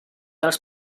als